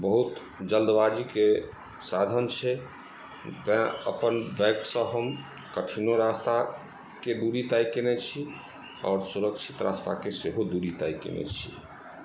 बहुत जल्दबाजीके साधन छै तैॅं अपन बाइकसँ हम कठिनो रास्ताके दूरी तय केने छी आओर सुरक्षित रास्ताके सेहो दूरी तय केने छी